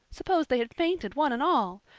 suppose they had fainted, one and all!